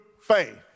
faith